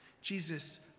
Jesus